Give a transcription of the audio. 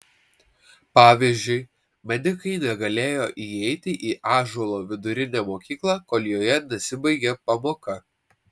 pavyzdžiui medikai negalėjo įeiti į ąžuolo vidurinę mokyklą kol joje nesibaigė pamoka